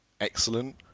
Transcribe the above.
Excellent